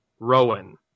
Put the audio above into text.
Rowan